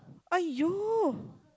!aiyo!